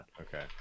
okay